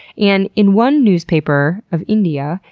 and in one newspaper of india,